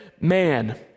man